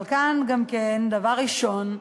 אבל כאן גם כן, דבר ראשון,